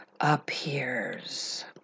appears